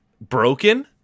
broken